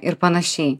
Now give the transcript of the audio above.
ir panašiai